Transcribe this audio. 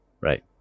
right